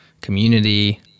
community